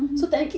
mm mm